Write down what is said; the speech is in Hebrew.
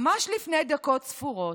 ממש לפני דקות ספורות,